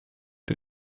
der